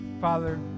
Father